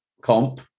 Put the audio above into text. comp